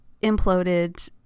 imploded